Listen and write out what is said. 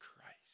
Christ